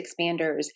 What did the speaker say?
expanders